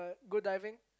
go diving